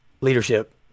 leadership